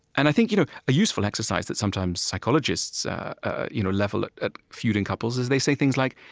and i think you know a useful exercise that sometimes psychologists ah you know level at at feuding couples is they say things like,